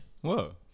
whoa